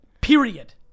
Period